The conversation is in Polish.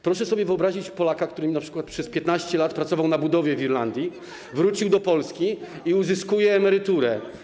Proszę sobie wyobrazić Polaka, który np. przez 15 lat pracował na budowie w Irlandii, wrócił do Polski i uzyskuje emeryturę z Irlandii.